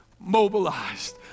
mobilized